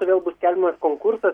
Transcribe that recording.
tai vėl bus skelbiamas konkursas